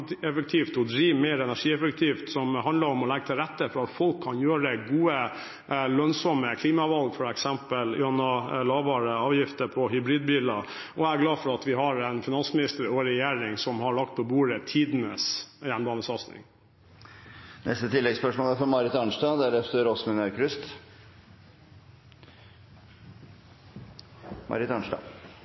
drive mer energieffektivt, som handler om å legge til rette for at folk kan gjøre gode, lønnsomme klimavalg, f.eks. gjennom lavere avgifter på hybridbiler. Og jeg er glad for at vi har en finansminister og en regjering som har lagt på bordet tidenes jernbanesatsing. Marit Arnstad – til oppfølgingsspørsmål. Det er